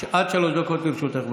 עד שלוש דקות לרשותך.